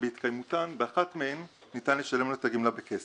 שבהתקיים אחת מהן ניתן לשלם לו את הגמלה בכסף.